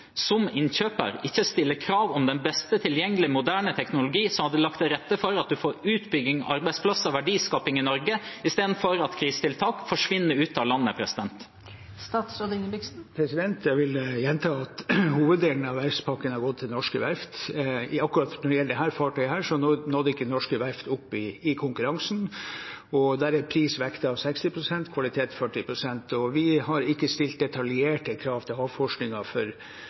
som innkjøper ikke stiller krav om den best tilgjengelige moderne teknologien, slik at en hadde lagt til rette for at en får utbygging, arbeidsplasser og verdiskaping i Norge istedenfor at krisetiltak forsvinner ut av landet? Jeg vil gjenta at hoveddelen av verftspakken har gått til norske verft. Akkurat når det gjelder dette fartøyet, nådde ikke norske verft opp i konkurransen, og der er pris vektet 60 pst., kvalitet 40 pst. Vi har ikke stilt detaljerte krav til havforskningen om hva slags krav som skulle stilles. De er selv best i stand til å